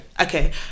Okay